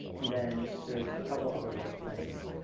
and then there's a couple other little things.